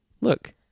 Look